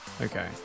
Okay